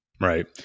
Right